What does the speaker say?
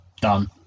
done